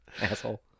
asshole